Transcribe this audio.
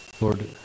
Lord